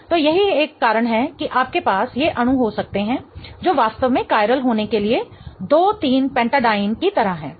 तो यही एक कारण है कि आपके पास ये अणु हो सकते हैं जो वास्तव में कायरल होने के लिए 23 पेंटाडाईइन 23 pentadiene की तरह हैं